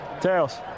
Tails